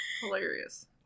Hilarious